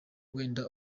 wenda